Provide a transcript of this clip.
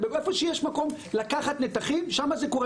איפה שיש מקום לקחת נתחים שמה זה קורה,